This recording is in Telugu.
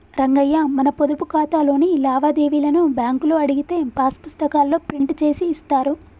రంగయ్య మన పొదుపు ఖాతాలోని లావాదేవీలను బ్యాంకులో అడిగితే పాస్ పుస్తకాల్లో ప్రింట్ చేసి ఇస్తారు